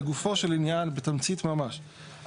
לגופו של עניין ובתמצית ממש,